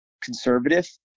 conservative